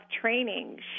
training